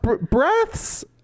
breaths